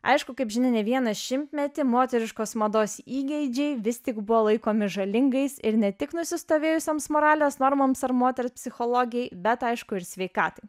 aišku kaip žinia ne vieną šimtmetį moteriškos mados įgeidžiai vis tik buvo laikomi žalingais ir ne tik nusistovėjusioms moralės normoms ar moters psichologijai bet aišku ir sveikatai